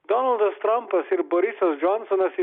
donaldas trampas ir borisas džonsonas